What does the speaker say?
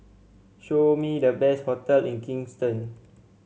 show me the best hotel in Kingston